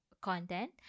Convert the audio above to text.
content